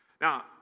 Now